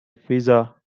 pizza